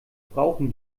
brauchen